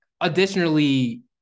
Additionally